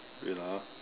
wait ah